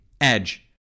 edge